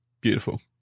Beautiful